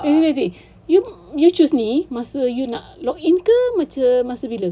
nanti nanti you you choose ni masa you nak log in ke macam masa bila